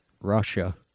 Russia